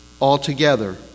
altogether